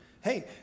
hey